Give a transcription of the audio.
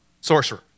sorcerer